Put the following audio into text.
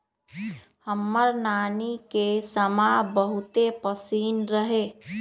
हमर नानी के समा बहुते पसिन्न रहै